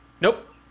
Nope